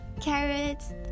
carrots